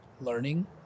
learning